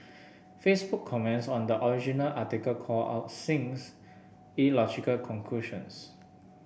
Facebook comments on the original article called out Singh's illogical conclusions